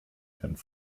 werden